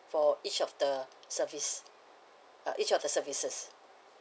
for each of the service uh each of the services